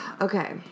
Okay